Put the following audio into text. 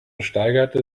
steigerte